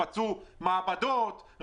רצו מעבדות,